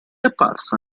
apparsa